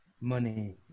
money